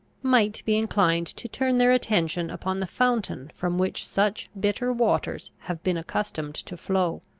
might be inclined to turn their attention upon the fountain from which such bitter waters have been accustomed to flow.